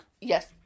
Yes